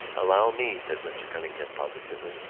allow me, said mr. cunningham positively,